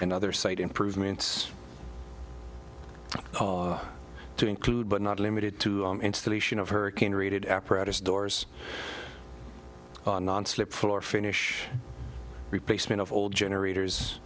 and other site improvements to include but not limited to installation of hurricane rated apparatus doors non slip floor finish replacement of old generators